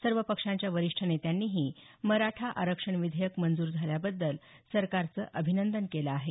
सर्व पक्षांच्या वरिष्ठ नेत्यांनीही मराठा आरक्षण विधेयक मंजूर झाल्याबद्दल सरकारचं अभिनंदन केलं आहे